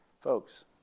Folks